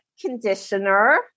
conditioner